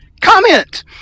comment